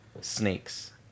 snakes